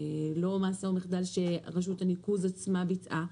לא מעשה או מחדל שרשות הניקוז עצמה ביצעה,